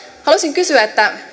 haluaisin kysyä